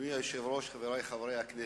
אדוני היושב-ראש, חברי חברי הכנסת,